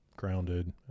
Grounded